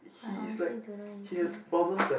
I honestly don't know anything